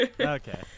Okay